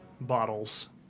bottles